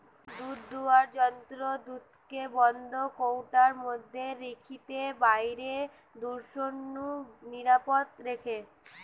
দুধদুয়ার যন্ত্র দুধকে বন্ধ কৌটার মধ্যে রখিকি বাইরের দূষণ নু নিরাপদ রখে